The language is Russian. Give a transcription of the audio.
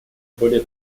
более